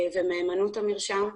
ומהימנות המרשם.